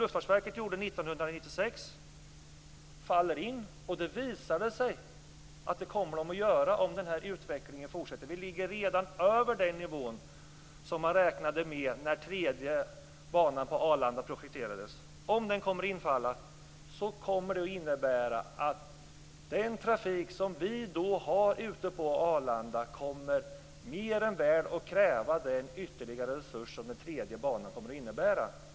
Luftfartsverket gjorde vissa prognoser 1996. Det visar sig att de förmodligen kommer att falla in om utvecklingen fortsätter. Vi ligger redan över den nivå som man räknade med när den tredje banan på Arlanda projekterades. Om prognoserna kommer att infalla innebär det att den trafik som finns ute på Arlanda mer än väl kommer att kräva den ytterligare resurs som en tredje bana innebär.